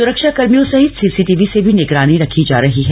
सुरक्षाकर्मियों सहित सीसीटीवी से भी निगरानी रखी जा रही है